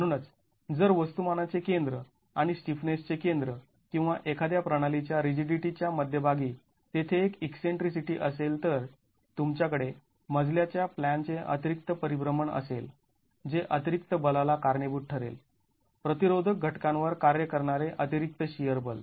म्हणूनच जर वस्तुमानाचे केंद्र आणि स्टिफनेसचे केंद्र किंवा एखाद्या प्रणाली च्या रिजिडीटी च्या मध्यभागी तेथे एक ईकसेंट्रीसिटी असेल तर तुमच्याकडे मजल्या च्या प्लॅनचे अतिरिक्त परिभ्रमण असेल जे अतिरिक्त बलाला कारणीभूत ठरेल प्रतिरोधक घटकांवर कार्य करणारे अतिरिक्त शिअर बल